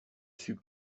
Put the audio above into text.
sut